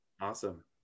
awesome